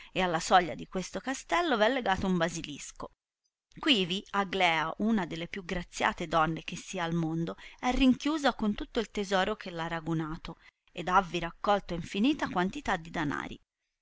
e alla soglia di questo castello v è legato un basilisco quivi aglea una delle più graziate donne che sia al mondo è rinchiusa con tutto il tesoro che r ha ragunato ed havvi raccolto infinita quantità di danari